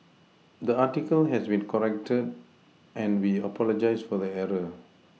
the article has been corrected and we apologise for the error